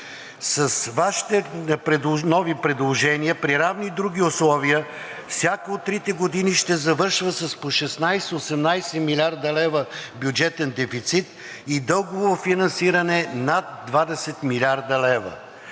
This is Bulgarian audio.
С Вашите нови предложения, при равни други условия, всяка от трите години ще завършва с по 16 – 18 млрд. лв. бюджетен дефицит и дългово финансиране над 20 млрд. лв.